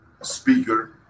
speaker